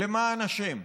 למען השם?"